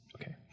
Okay